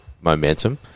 momentum